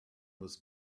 was